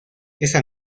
esa